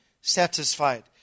satisfied